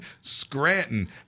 Scranton